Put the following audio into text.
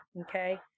okay